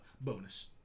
bonus